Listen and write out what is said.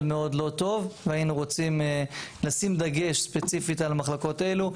לא טוב והיינו רוצים לשים דגש ספציפית על המחלקות הללו.